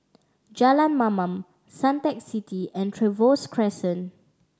Jalan Mamam Suntec City and Trevose Crescent